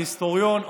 אני היסטוריון,